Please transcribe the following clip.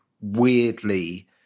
weirdly